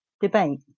debate